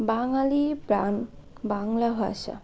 বাঙালির প্রাণ বাংলা ভাষা